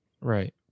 Right